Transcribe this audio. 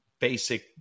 basic